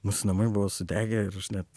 mūsų namai buvo sudegę ir net